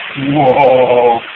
Whoa